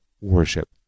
worship